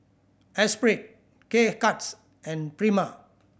Esprit K Cuts and Prima